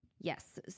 Yes